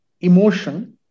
emotion